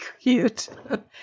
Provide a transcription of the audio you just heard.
cute